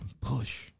push